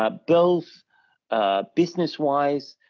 ah both business-wise,